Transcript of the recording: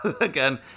Again